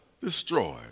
destroyed